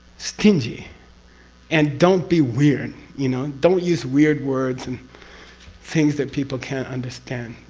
stingy and don't be weird, you know? don't use weird words and things that people can't understand.